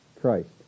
Christ